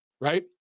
right